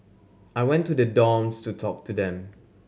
I went to the dorms to talk to them